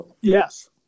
Yes